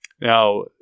Now